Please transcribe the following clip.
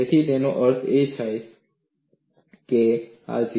તેથી તેનો અર્થ એ છે કે તે આ 0